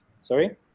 sorry